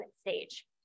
stage